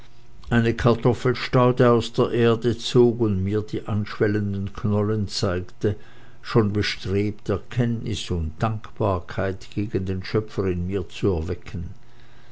eine kartoffelstaude aus der erde zog und mir die anschwellenden knollen zeigte schon bestrebt erkenntnis und dankbarkeit gegen den schöpfer in mir zu erwecken